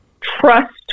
trust